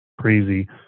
crazy